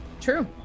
True